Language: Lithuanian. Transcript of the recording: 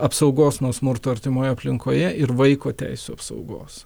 apsaugos nuo smurto artimoje aplinkoje ir vaiko teisių apsaugos